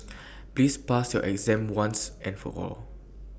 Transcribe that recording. please pass your exam once and for all